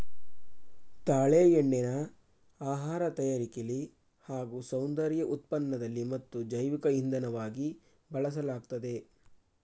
ತಾಳೆ ಎಣ್ಣೆನ ಆಹಾರ ತಯಾರಿಕೆಲಿ ಹಾಗೂ ಸೌಂದರ್ಯ ಉತ್ಪನ್ನದಲ್ಲಿ ಮತ್ತು ಜೈವಿಕ ಇಂಧನವಾಗಿ ಬಳಸಲಾಗ್ತದೆ